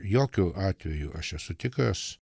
jokiu atveju aš esu tikras